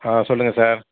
ஆ சொல்லுங்க சார்